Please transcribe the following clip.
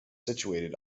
situated